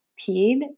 peed